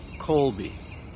Colby